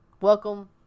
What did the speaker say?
Welcome